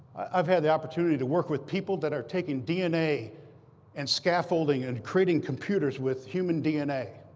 i've had the opportunity to work with people that are taking dna and scaffolding and creating computers with human dna.